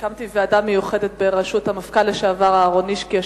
והקמתי ועדה מיוחדת בראשות המפכ"ל לשעבר אהרונישקי,